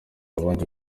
abandi